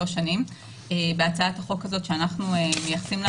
שנים בהצעת החוק הזאת שאנחנו מייחסים לה